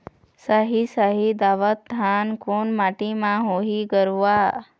साही शाही दावत धान कोन माटी म होही गरवा?